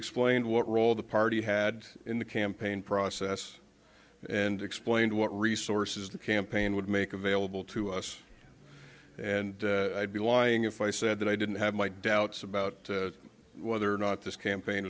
explained what role the party had in the campaign process and explained what resources the campaign would make available to us and i'd be lying if i said that i didn't have my doubts about whether or not this campaign